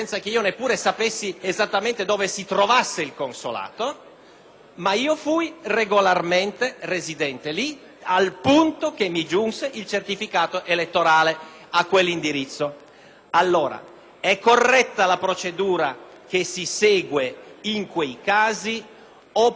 - io fui regolarmente residente lì, al punto che il certificato elettorale mi giunse a quell'indirizzo. È allora corretta la procedura che si segue in quei casi, oppure è obbligatorio avere un'ulteriore prova?